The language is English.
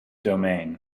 domain